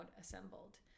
assembled